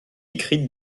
écrite